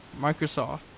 Microsoft